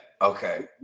Okay